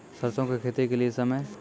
सरसों की खेती के लिए समय?